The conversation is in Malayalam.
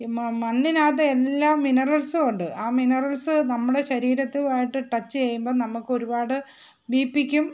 മണ്ണിനകത്ത് എല്ലാ മിനറൽസും ഉണ്ട് ആ മിനറൽസ് നമ്മുടെ ശരീരത്തുവായിട്ട് ടച്ച് ചെയ്യുമ്പം നമ്മൾക്ക് ഒരുപാട് ബിപിക്കും